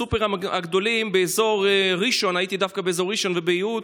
הסופרים הגדולים באזור ראשון והייתי דווקא באזור ראשון וביהוד,